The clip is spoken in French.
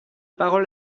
parole